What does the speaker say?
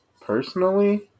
Personally